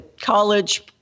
college